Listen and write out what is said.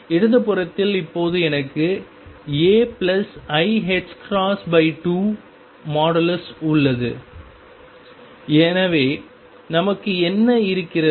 இடது புறத்தில் இப்போது எனக்கு ai2 உள்ளது எனவே நமக்கு என்ன இருக்கிறது